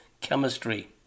chemistry